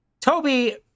Toby